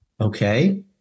Okay